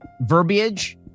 verbiage